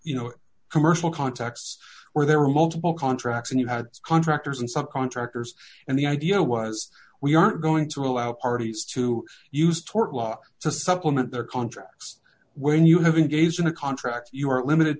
you know commercial contexts where there were multiple contracts and you had contractors and subcontractors and the idea was we aren't going to allow parties to use tort law to supplement their contracts when you have engaged in a contract are limited